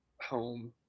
home